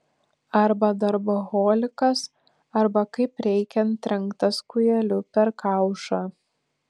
arba darboholikas arba kaip reikiant trenktas kūjeliu per kaušą